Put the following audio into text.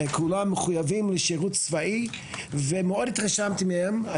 כולם מחויבים לשירות צבאי ומאוד התרשמתי מהם.